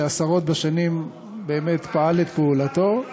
שעשרות בשנים באמת פעל את פעולתו.